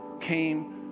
came